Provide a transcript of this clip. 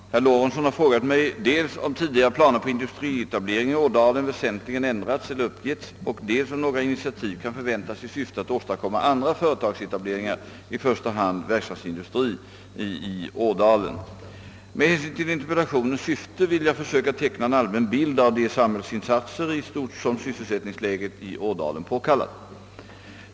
Herr talman! Herr Lorentzon har frågat mig, dels om tidigare planer på industrietablering i Ådalen väsentligen ändrats eller uppgetts, dels om några initiativ kan förväntas i syfte att åstadkomma andra företagsetableringar, i första hand verkstadsindustri, i Ådalen. Med hänsyn till interpellationens syfte vill jag försöka teckna en allmän bild av de samhällsinsatser i stort som sysselsättningsläget i Ådalen påkallar.